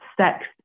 sex